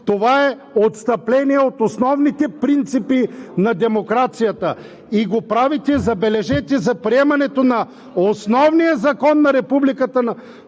Това е отстъпление от основните принципи на демокрацията. И го правите, забележете, при приемането на основния закон на Републиката